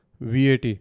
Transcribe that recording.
VAT